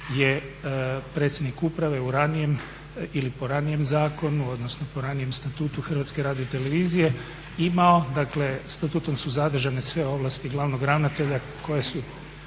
je predsjednik uprave u ranijem ili po ranijem zakonu odnosno po ranijem Statutu HRT-a imao, dakle Statutom su zadržane sve ovlastio glavnog ravnatelja koje su,